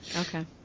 Okay